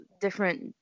different